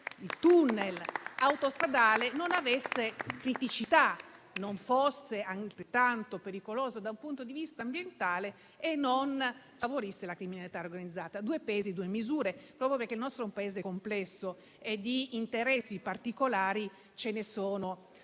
il *tunnel* autostradale non avesse criticità, non fosse altrettanto pericoloso da un punto di vista ambientale e non favorisse la criminalità organizzata. Due pesi e due misure, proprio perché il nostro è un Paese complesso e di interessi particolari ce ne sono